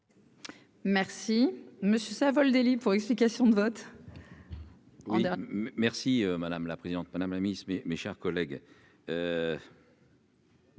Merci monsieur Savoldelli pour explication de vote. En a merci madame la présidente, madame la miss mes, mes chers collègues.